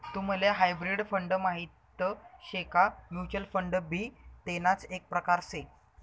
तुम्हले hybrid fund माहित शे का? म्युच्युअल फंड भी तेणाच एक प्रकार से